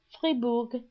fribourg